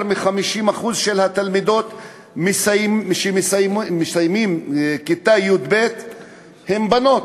יותר מ-50% מהתלמידים שמסיימים כיתה י"ב הם בנות.